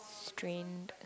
strange